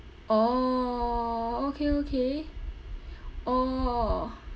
oh okay okay oh